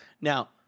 Now